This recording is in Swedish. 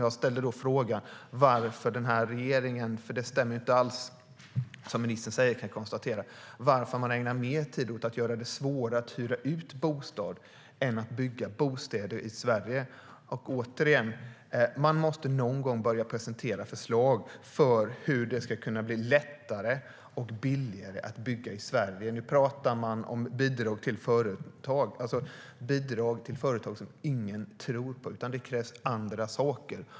Jag ställde då frågan varför denna regering ägnar mer tid åt att göra det svårare att hyra ut bostäder än att bygga bostäder i Sverige. Jag kan konstatera att det som ministern säger inte alls stämmer. Återigen: Man måste någon gång börja presentera förslag för hur det ska kunna bli lättare och billigare att bygga i Sverige. Nu talar man om bidrag till företag. Det tror ingen på. Det krävs andra saker.